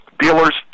Dealers